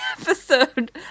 episode